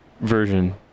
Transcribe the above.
version